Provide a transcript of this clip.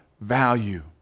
value